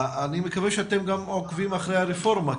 אני מקווה שאתם גם עוקבים אחרי הרפורמה,